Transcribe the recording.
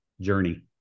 journey